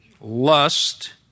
lust